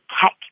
tech